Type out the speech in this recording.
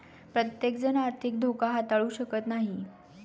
प्रत्येकजण आर्थिक धोका हाताळू शकत नाही